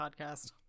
podcast